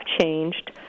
changed